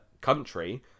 country